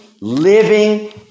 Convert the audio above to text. living